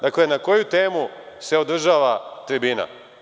Dakle, na koju temu se održava tribina?